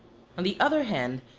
on the other hand,